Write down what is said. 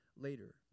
later